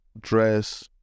dress